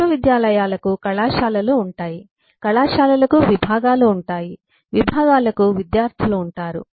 విశ్వవిద్యాలయాలకు కళాశాలలు ఉంటాయి కళాశాలలకు విభాగాలు ఉంటాయి విభాగాలకు విద్యార్థులు ఉంటారు